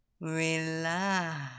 Relax